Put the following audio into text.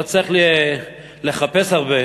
לא צריך לחפש הרבה.